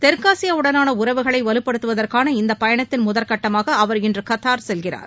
மேற்காசியாவுடனான உறவுகளை வலுப்படுத்துவதற்கான இந்தப் பயணத்தின் முதற்கட்டமாக அவர் இன்று கத்தார் செல்கிறார்